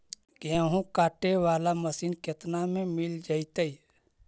गेहूं काटे बाला मशीन केतना में मिल जइतै?